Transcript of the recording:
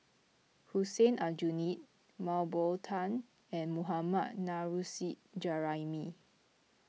Hussein Aljunied Mah Bow Tan and Mohammad Nurrasyid Juraimi